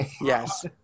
Yes